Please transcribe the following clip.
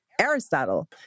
Aristotle